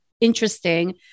interesting